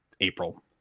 April